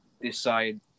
decide